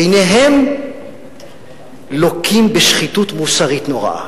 והנה הם לוקים בשחיתות מוסרית נוראה.